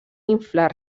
inflar